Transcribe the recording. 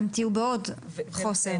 אתם תהיו בעוד חוסר.